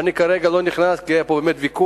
ואני כרגע לא נכנס, כי היה פה באמת ויכוח,